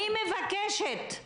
אני מבקשת,